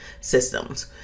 systems